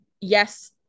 yes